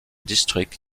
district